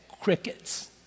crickets